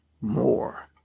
more